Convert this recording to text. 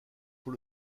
pour